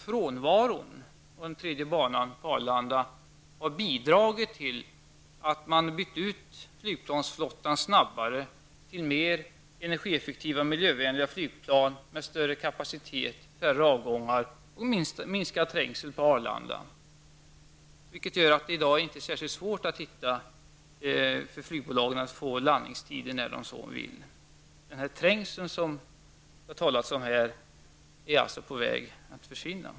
Frånvaron av den tredje banan på Arlanda har faktiskt bidragit till att man har bytt ut flygplansflottan snabbare till mera energieffektiva, miljövänliga flygplan med större kapacitet per avgångar. Därigenom har trängseln på Arlanda minskat. Flygbolagen har i dag inte särskilt svårt att få landningstider när de så önskar. Den trängsel som det har talats om här är således på väg att försvinna.